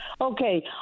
okay